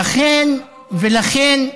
לדאבונכם הרב, ולכן,